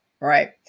Right